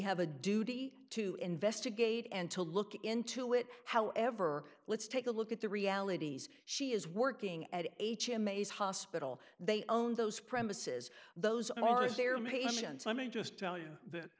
have a duty to investigate and to look into it however let's take a look at the realities she is working at h m a s hospital they own those premises those